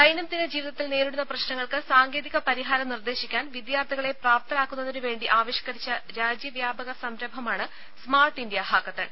ദൈനംദിന ജീവിതത്തിൽ നേരിടുന്ന പ്രശ്നങ്ങൾക്ക് സാങ്കേതിക പരിഹാരം നിർദ്ദേശിക്കാൻ വിദ്യാർത്ഥികളെ പ്രാപ്തരാക്കുന്നതിനുവേണ്ടി ആവിഷ്കരിച്ച രാജ്യവ്യാപക സംരംഭമാണ് സ്മാർട്ട് ഇന്ത്യ ഹാക്കത്തൺ